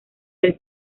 del